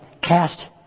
cast